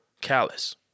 callous